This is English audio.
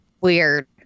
Weird